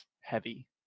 heavy